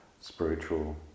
spiritual